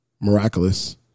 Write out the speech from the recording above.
miraculous